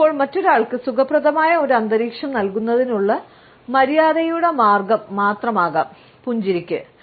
ചിലപ്പോൾ മറ്റൊരാൾക്ക് സുഖപ്രദമായ ഒരു അന്തരീക്ഷം നൽകുന്നതിനുള്ള ഉള്ള മര്യാദയുടെ മാർഗ്ഗം മാത്രം ആകാം പുഞ്ചിരിക്ക്